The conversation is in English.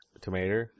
tomato